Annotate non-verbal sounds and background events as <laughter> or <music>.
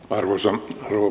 <unintelligible> arvoisa rouva